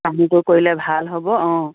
পানীটো কৰিলে ভাল হ'ব অঁ